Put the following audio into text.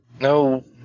No